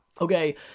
Okay